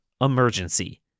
emergency